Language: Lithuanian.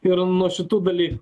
ir nuo šitų dalykų